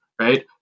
Right